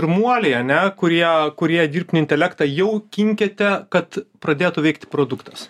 pirmuoliai ane kurie kurie dirbtinį intelektą jau kinkėte kad pradėtų veikti produktas